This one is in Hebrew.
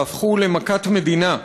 שהפכו למכת מדינה.